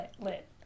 Lit